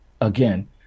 again